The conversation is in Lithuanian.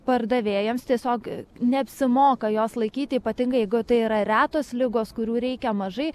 pardavėjams tiesiog neapsimoka jos laikyt ypatingai jeigu tai yra retos ligos kurių reikia mažai